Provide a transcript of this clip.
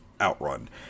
OutRun